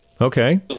Okay